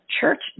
church